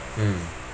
mm